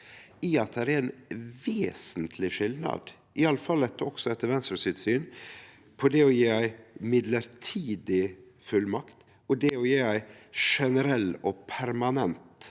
at det er ein vesentleg skilnad, i alle fall etter Venstres syn, på det å gje ei mellombels fullmakt og det å gje ei generell og permanent